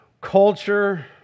culture